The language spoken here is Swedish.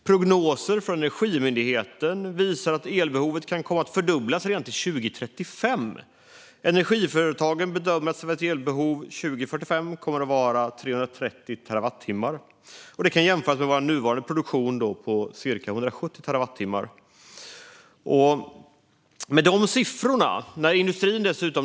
Prognoser från Energimyndigheten visar att elbehovet kan fördubblas redan till 2035, och Energiföretagen bedömer att Sveriges elbehov 2045 kommer att vara 330 terawattimmar, vilket kan jämföras med vår nuvarande produktion på cirka 170 terawattimmar.